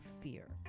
fear